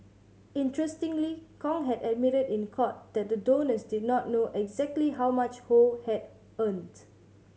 interestingly Kong had admitted in court that the donors did not know exactly how much Ho had earned